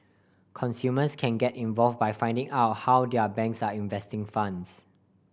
consumers can get involve by finding out how their banks are investing funds